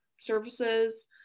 services